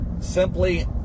simply